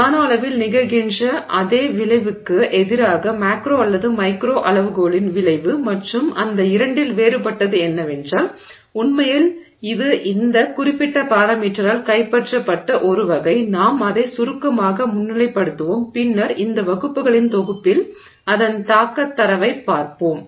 நானோ அளவில் நிகழ்கின்ற அதே விளைவுக்கு எதிராக மேக்ரோ அல்லது மைக்ரோ அளவுகோலின் விளைவு மற்றும் அந்த இரண்டில் வேறுபட்டது என்னவென்றால் உண்மையில் இது இந்த குறிப்பிட்ட பாராமீட்டரால் கைப்பற்றப்பட்ட ஒரு வகை நாம் அதை சுருக்கமாக முன்னிலைப்படுத்துவோம் பின்னர் இந்த வகுப்புகளின் தொகுப்பில் அதன் தாக்கத் தரவைப் பார்ப்போம்